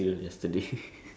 biscuits